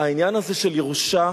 העניין הזה של ירושה